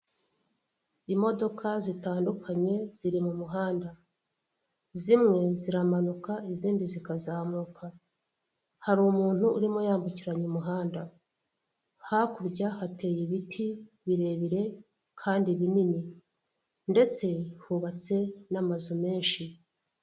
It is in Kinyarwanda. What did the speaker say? Imodoka zitandukanye ziri mu muhanda. Zimwe ziramanuka, izindi zikazamuka. Hari umuntu urimo yambukiranya umuhanda. Hakurya hateye ibiti birebire kandi binini. Ndetse hubatse n'amazu menshi.